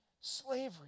slavery